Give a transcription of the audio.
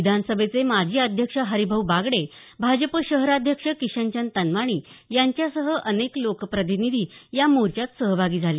विधानसभेचे माजी अध्यक्ष हरिभाऊ बागडे भाजप शहराध्यक्ष किशनचंद तनवाणी यांच्यासह अनेक लोकप्रतिनिधी या मोर्चात सहभागी झाले